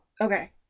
Okay